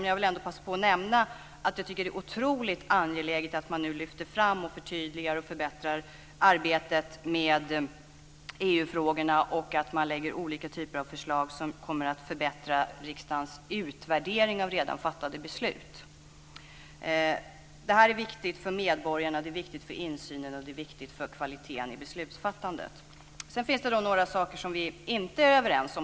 Men jag vill ändå passa på och nämna att det är otroligt angeläget att man lyfter fram, förtydligar och förbättrar arbetet med EU-frågorna och att olika typer av förslag läggs fram för att förbättra riksdagens utvärdering av redan fattade beslut. Det här är viktigt för medborgarna, insynen och kvaliteten i beslutsfattandet. Sedan finns det några saker som vi inte är överens om.